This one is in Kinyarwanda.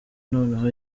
noneho